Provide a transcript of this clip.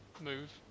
move